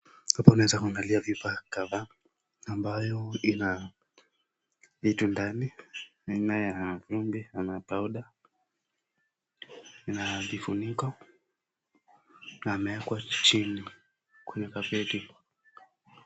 Hapa unaeza kuangalia vyupa kadhaa ambayo ina vitu ndani aina ya vumbi ama powder . Ina vifuniko na imeekwa chini kwenye carpet .